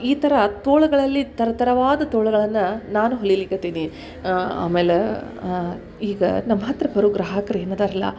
ಈ ಥರ ತೋಳುಗಳಲ್ಲಿ ಥರಥರವಾದ ತೋಳುಗಳನ್ನು ನಾನು ಹೊಲಿಲಿಕ್ಕತ್ತೀನಿ ಆಮೇಲೆ ಈಗ ನಮ್ಮ ಹತ್ತಿರ ಬರುವ ಗ್ರಾಹಕ್ರು ಏನು ಅದಾರಲ್ಲ